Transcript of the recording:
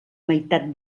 meitat